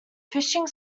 fishing